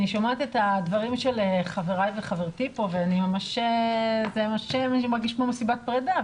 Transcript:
אני שומעת את הדברים של חבריי וחברתי פה וזה ממש מרגיש כמו מסיבת פרידה.